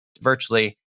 virtually